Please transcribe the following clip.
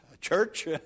Church